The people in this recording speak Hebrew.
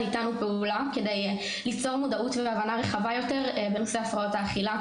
איתנו פעולה כדי ליצור מודעות והבנה רחבה יותר בנושא הפרעות האכילה.